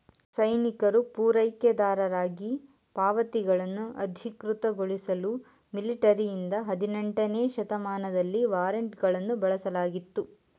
ಸೈನಿಕರು ಪೂರೈಕೆದಾರರಿಗೆ ಪಾವತಿಗಳನ್ನು ಅಧಿಕೃತಗೊಳಿಸಲು ಮಿಲಿಟರಿಯಿಂದ ಹದಿನೆಂಟನೇ ಶತಮಾನದಲ್ಲಿ ವಾರೆಂಟ್ಗಳನ್ನು ಬಳಸಲಾಗಿತ್ತು